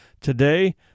Today